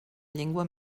llengua